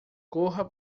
corra